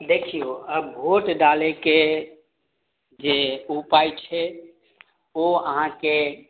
देखियौ आब वोट डालयके जे उपाय छै ओ अहाँके